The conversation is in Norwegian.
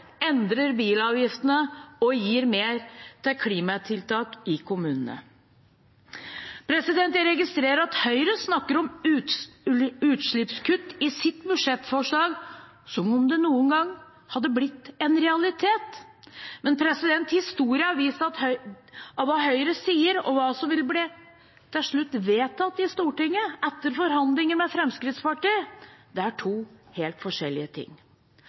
endrer bilavgiftene og gir mer til klimatiltak i kommunene. Jeg registrerer at Høyre snakker om utslippskutt i sitt budsjettforslag som om det noen gang hadde blitt en realitet. Men historien har vist at hva Høyre sier, og hva som til slutt blir vedtatt i Stortinget etter forhandlinger med Fremskrittspartiet, er to helt forskjellige ting.